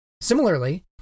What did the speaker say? Similarly